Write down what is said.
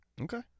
Okay